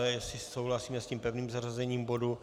Jestli souhlasíme s tím pevným zařazením bodu.